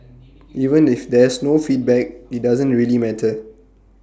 even if there's no feedback IT doesn't really matter